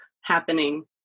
happening